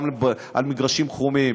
גם על מגרשים חומים,